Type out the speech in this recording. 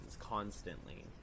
constantly